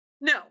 no